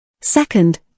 Second